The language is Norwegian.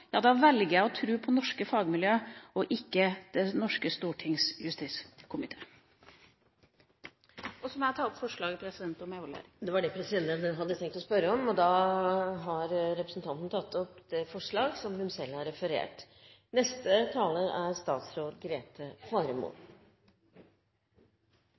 ja, da velger jeg å tro på norske fagmiljøer og ikke Det norske stortings justiskomité. Så må jeg ta opp forslaget om evaluering. Da har representanten Trine Skei Grande tatt opp det forslaget hun refererte til. Vi står overfor en terrortrussel som er